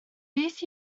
beth